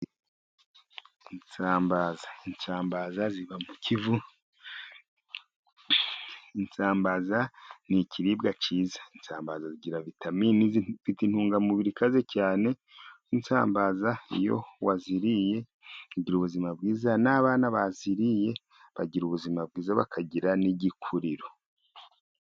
Isambaza, isambaza ziba mu kivu. Isambaza n'ikiribwa cyiza, isambaza zigira vitamini zifite intungamubiri ikaze cyane. Isambaza iyo waziriye ugira ubuzima bwiza, n'abana baziriye bagira ubuzima bwiza bakagira n'igikuriro.